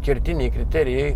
kertiniai kriterijai